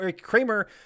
Kramer